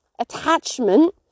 attachment